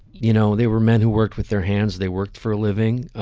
you know, they were men who worked with their hands. they worked for a living.